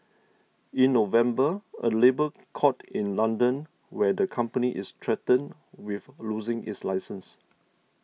in November a labour court in London where the company is threatened with losing its license